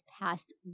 past